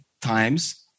times